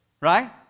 right